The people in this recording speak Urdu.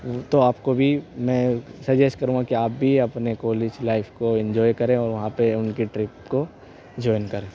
تو آپ کو بھی میں سجیسٹ کروں گا کہ آپ بھی اپنے کالج لائف کو انجوائے کریں اور وہاں پہ ان کی ٹرپ کو جوائن کریں